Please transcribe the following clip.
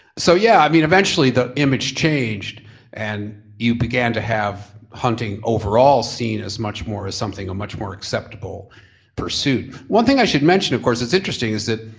so yeah, i mean eventually the image changed and you began to have hunting overall seen as much more as something a much more acceptable pursuit. one thing i should mention of course is interesting is that,